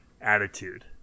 attitude